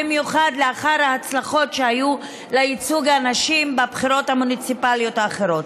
במיוחד לאחר ההצלחות שהיו בייצוג הנשים בבחירות המוניציפליות האחרות.